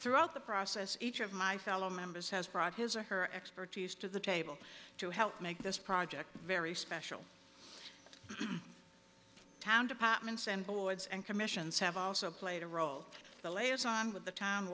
throughout the process each of my fellow members has brought his or her expertise to the table to help make this project very special town departments and boards and commissions have also played a role the layers on with the time